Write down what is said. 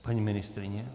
Paní ministryně?